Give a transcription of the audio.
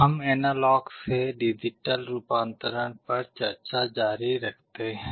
हम एनालॉग से डिजिटल रूपांतरण पर चर्चा जारी रखते हैं